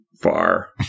far